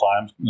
times